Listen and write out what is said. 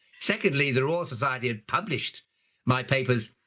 secondly, the royal society had published my papers,